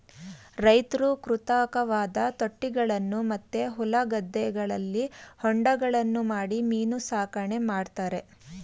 ರೈತ್ರು ಕೃತಕವಾದ ತೊಟ್ಟಿಗಳನ್ನು ಮತ್ತು ಹೊಲ ಗದ್ದೆಗಳಲ್ಲಿ ಹೊಂಡಗಳನ್ನು ಮಾಡಿ ಮೀನು ಸಾಕಣೆ ಮಾಡ್ತರೆ